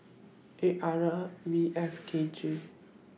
eight R L V F K J